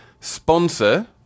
sponsor